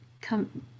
come